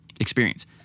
experience